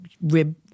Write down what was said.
rib